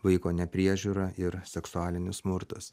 vaiko nepriežiūra ir seksualinis smurtas